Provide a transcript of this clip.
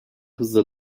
hızla